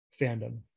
fandom